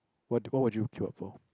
what what would you queue up for